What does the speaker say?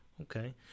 Okay